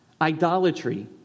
idolatry